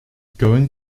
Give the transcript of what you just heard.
going